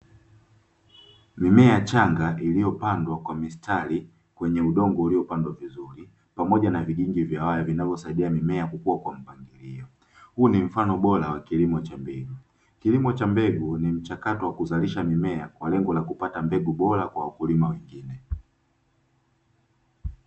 Mimea changa iliyopandwa kwa mistari kwenye udongo uliopandwa vizuri. Pamoja na vigingi vya ardhi vinavosaidia mimea kukua kwa mpangilio, huu ni mfano bora wa kilimo cha mbegu. Kilimo cha mbegu ni mchakato wa kuzalisha mimea, kwa lengo la kupata mbegu bora kwa wakulima wengine.